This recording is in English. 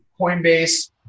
coinbase